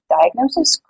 diagnosis